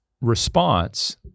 response